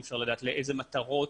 אי אפשר לדעת לאיזה מטרות,